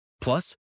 Plus